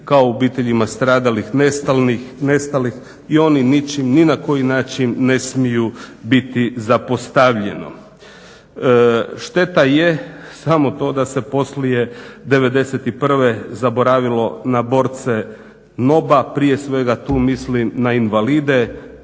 kao i o obiteljima stradalih i nestalih i oni ničim ni na koji način ne smiju biti zapostavljeni. Šteta je samo to da se poslije '91. zaboravilo na borce NOB-a prije svega tu mislim na invalide